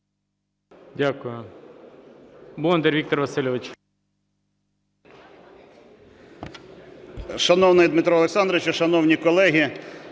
Дякую.